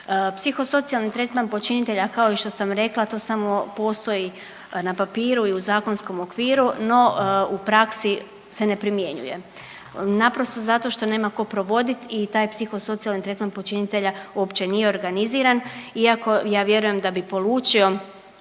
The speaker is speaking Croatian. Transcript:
Psihosocijalni tretman počinitelja kao i što sam rekla to samo postoji na papiru i u zakonskom okviru, no u praksi se ne primjenjuje naprosto zato što nema ko provodit i taj psihosocijalni tretman uopće nije organiziran iako ja vjerujem da bi polučio